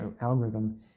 algorithm